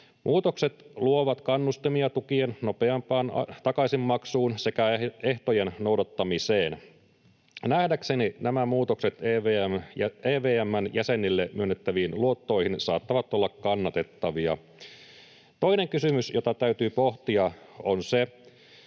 Muutokset luovat kannustimia tukien nopeampaan takaisinmaksuun sekä ehtojen noudattamiseen. Nähdäkseni nämä muutokset EVM:n jäsenille myönnettäviin luottoihin saattavat olla kannatettavia. Toinen kysymys, jota täytyy pohtia, on se,